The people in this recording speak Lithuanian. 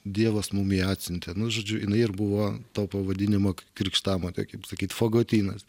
dievas mum ją atsiuntė nu žodžiu jinai ir buvo to pavadinimo krikštamotė kaip sakyt fagotynas